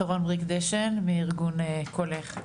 שרון בריק-דשן מארגון "קולך".